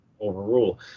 overrule